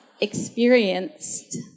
experienced